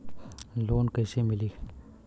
Loan कईसे मिली?